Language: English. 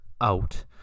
out